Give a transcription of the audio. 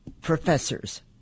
professors